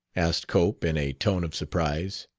asked cope, in a tone of surprise.